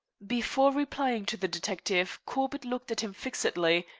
before replying to the detective corbett looked at him fixedly,